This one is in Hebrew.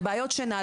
לבעיות שינה,